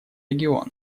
региона